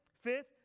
Fifth